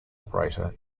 operator